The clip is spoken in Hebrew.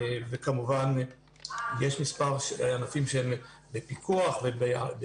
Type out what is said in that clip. כמובן שיש מספר ענפים שהם בפיקוח ונאמר: